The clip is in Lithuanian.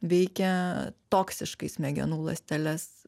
veikia toksiškai smegenų ląsteles